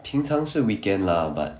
平常是 weekend lah but